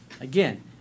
Again